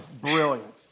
brilliant